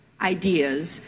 ideas